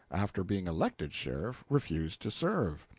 after being elected sheriff, refused to serve.